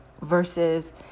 versus